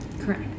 Correct